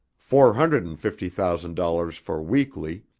four hundred and fifty thousand dollars for weekly,